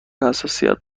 حساسیت